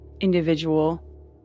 individual